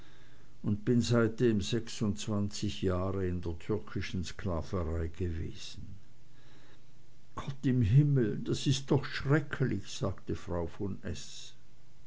und bin seitdem sechsundzwanzig jahre in der türkischen sklaverei gewesen gott im himmel das ist doch schrecklich sagte frau von s